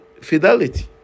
fidelity